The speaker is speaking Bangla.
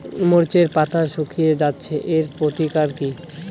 মরিচের পাতা শুকিয়ে যাচ্ছে এর প্রতিকার কি?